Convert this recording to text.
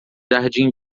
jardim